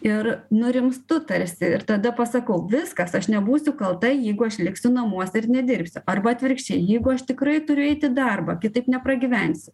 ir nurimstu tarsi ir tada pasakau viskas aš nebūsiu kalta jeigu aš liksiu namuose ir nedirbsiu arba atvirkščiai jeigu aš tikrai turiu eit į darbą kitaip nepragyvensi